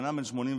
הוא אדם בן 83,